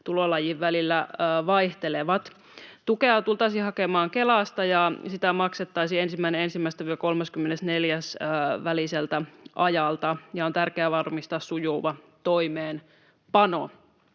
tulolajien välillä vaihtelevat. Tukea tultaisiin hakemaan Kelasta, ja sitä maksettaisiin 1.1.—30.4. väliseltä ajalta. Ja on tärkeää varmistaa sujuva toimeenpano.